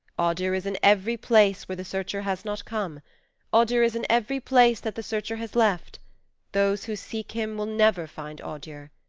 odur is in every place where the searcher has not come odur is in every place that the searcher has left those who seek him will never find odur,